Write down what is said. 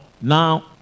Now